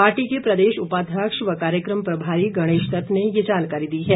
party के प्रदेश उपाध्यक्ष व कार्यक्रम प्रभारी गणेश दत्त ने यह जानकारी दी है